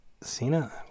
Cena